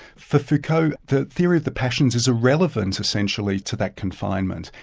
for foucault the theory of the passions is irrelevant, essentially, to that confinement.